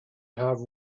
have